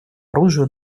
оружию